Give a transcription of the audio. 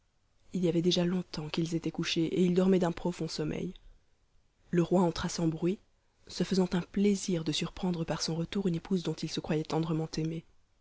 il y avait déjà longtemps qu'ils étaient couchés et ils dormaient d'un profond sommeil le roi entra sans bruit se faisant un plaisir de surprendre par son retour une épouse dont il se croyait tendrement aimé